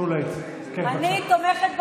אני תומכת בחוק.